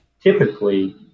typically